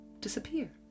disappear